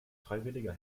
freiwilliger